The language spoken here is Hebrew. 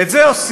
ואת זה עושים